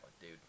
dude